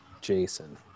Jason